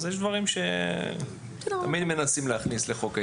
יש דברים שתמיד מנסים להכניס לחוק ההסדרים.